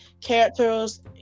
characters